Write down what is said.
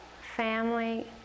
family